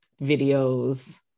videos